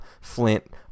Flint